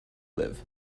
live